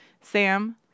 Sam